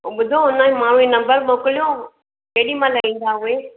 ऐं ॿुधो हुनजो माण्हूअ जो नंबर मोकिलियो केॾी महिल ईंदा उहे